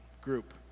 group